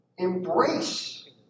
embrace